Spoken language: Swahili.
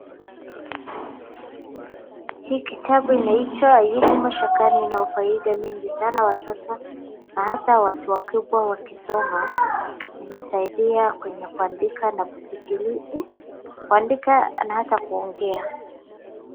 Hii kitabu inaitwa Ayub mashakani inaofaida mingi sana watoto na hata watu wakubwa wakisoma inasaidia kwenye kwandika, kuandika na hata kuongea.